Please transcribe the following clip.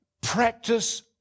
practice